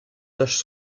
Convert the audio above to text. taches